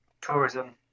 tourism